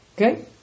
okay